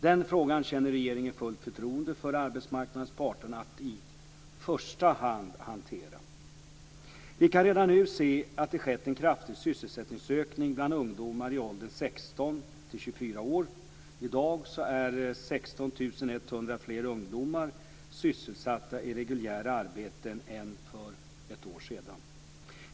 Den frågan känner regeringen fullt förtroende för arbetsmarknadens parter att i första hand hantera. Vi kan redan nu se att det skett en kraftig sysselsättningsökning bland ungdomar i åldern 16-24 år. I dag är 16 100 fler ungdomar sysselsatta i reguljära arbeten än för ett år sedan.